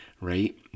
right